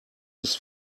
ist